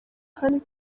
kandi